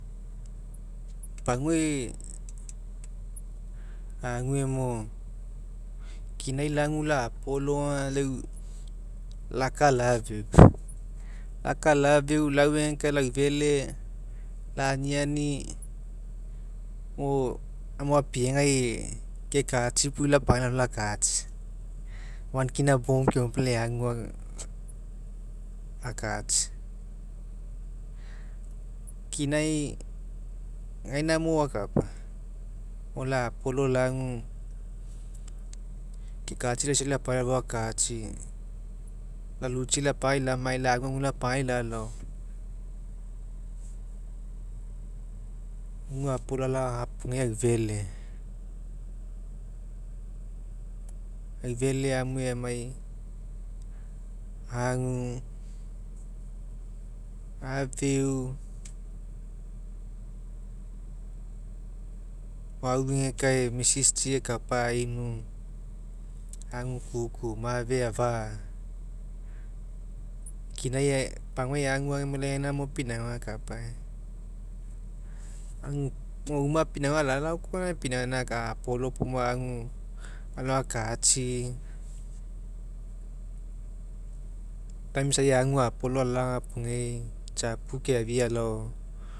Paguai ague mo kina lagu lapolo aga lau laka lafeu lauegekae laufele laniniani mo gamo apiegai kekatsi puo lapagai lalao lakatsi, one kina bomb keoma puo lai agu akatsi kinai gaina mo akapa mo la'apolo lagu kekatsi laisa lapgai lalao fou akatsi lalutsi lapagai lamai lagu aga lapagai lalao, mo apolo alao agapugeai aufele aufele amue amai agu afeu o auegekae mrs tsi ekapa ainu agu kuku mafe afa'a lkinai pagua aguega lai agu gaina mo pinauga akapa mo uma pinauga alao koa aga mo lai agu gaina pinauga akapa a'apolo puo lai agu alao akatsi time isa agu a'apolo alao agapugeai tsiapu keafia alao